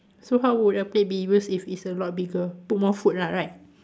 so how would a plate be used if it's a lot bigger put more food lah right